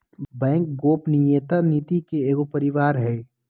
bank गोपनीयता नीति के एगो परिवार हइ